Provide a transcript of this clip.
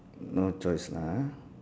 no choice lah ah